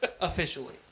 Officially